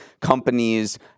companies